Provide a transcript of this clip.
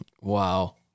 Wow